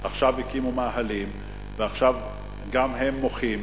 עכשיו הקימו מאהלים, ועכשיו גם הם מוחים.